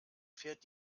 fährt